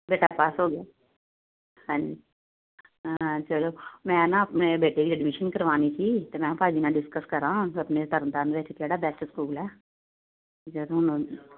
ਬੇਟਾ ਪਾਸ ਹੋ ਗਿਆ ਹਾਂਜੀ ਚਲੋ ਮੈਂ ਨਾ ਆਪਣੇ ਬੇਟੇ ਦੀ ਐਡਮਿਸ਼ਨ ਕਰਵਾਓਣੀ ਸੀ ਤਾਂ ਮੈਂ ਹਾਂ ਭਾਅ ਜੀ ਨਾਲ਼ ਡਿਸਕਸ ਕਰਾਂ ਆਪਣੇ ਤਰਨਤਾਰਨ ਵਿੱਚ ਕਿਹੜਾ ਬੈਸਟ ਸਕੂਲ ਹੈ